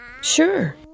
Sure